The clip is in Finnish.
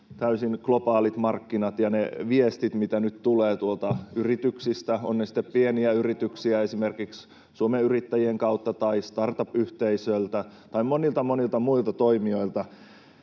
täysin globaalit markkinat, ja niissä viesteissä, mitä nyt tulee tuolta yrityksistä — ovat ne sitten pieniä yrityksiä esimerkiksi Suomen Yrittäjien kautta tai startup-yhteisöä tai monia, monia muita toimijoita